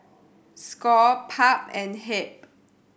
score PUB and HEB